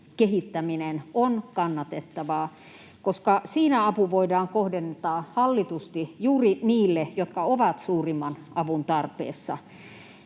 kehittäminen on kannatettavaa, koska siinä apu voidaan kohdentaa hallitusti juuri niille, jotka ovat suurimman avun tarpeessa.